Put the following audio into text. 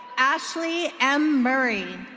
ashley m murray.